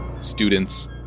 students